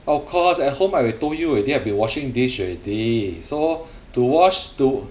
of course at home I have told you already I have been washing dish already so to wash to~